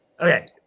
Okay